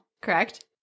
Correct